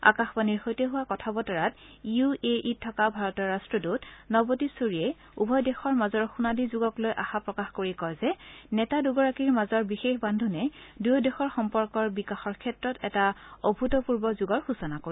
আকাশবাণীৰ সৈতে হোৱা কথা বতৰাত ইউ এ ইত থকা ভাৰতৰ ৰাট্টদূত নৱদীপ সুৰিয়ে উভয় দেশৰ মাজৰ সোণালী যুগক লৈ আশা প্ৰকাশ কৰি কয় যে নেতা দুগৰাকীৰ মাজৰ বিশেষ বান্ধোনে দুয়ো দেশৰ সম্পৰ্কৰ বিকাশৰ ক্ষেত্ৰত এটা অভূতপূৰ্ব যুগৰ সূচনা কৰিব